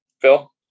Phil